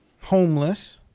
Homeless